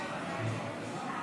לא